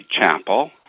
chapel